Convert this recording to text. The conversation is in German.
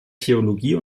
theologie